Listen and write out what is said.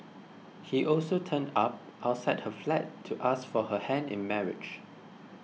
he also turned up outside her flat to ask for her hand in marriage